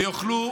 ויוכלו